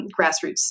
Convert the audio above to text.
grassroots